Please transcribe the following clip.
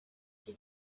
she